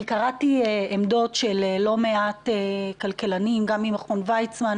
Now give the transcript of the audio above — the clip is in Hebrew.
אני קראתי עמדות של לא מעט כלכלנים גם ממכון ויצמן,